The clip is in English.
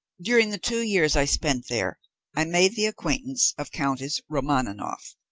during the two years i spent there i made the acquaintance of countess romaninov.